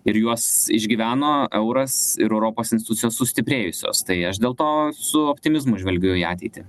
ir juos išgyveno euras ir europos institucijos sustiprėjusios tai aš dėl to su optimizmu žvelgiu į ateitį